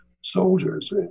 soldiers